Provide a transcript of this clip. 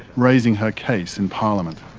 raising her case in parliament.